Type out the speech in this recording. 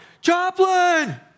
Joplin